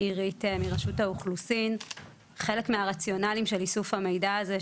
חלק מהרציונל של איסוף המידע הזה,